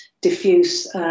diffuse